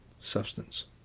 substance